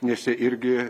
nes jie irgi